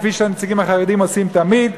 כפי שהנציגים החרדים עושים תמיד,